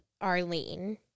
Arlene